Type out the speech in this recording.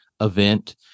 event